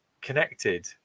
connected